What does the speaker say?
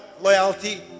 loyalty